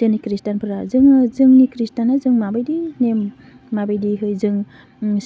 जोंनि खृष्टानफोरा जोङो जोंनि खृष्टाना जों माबायदि नेम माबायदिहाय जों